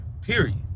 period